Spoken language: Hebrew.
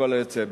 וכל היוצא בזה.